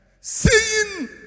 Seeing